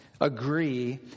agree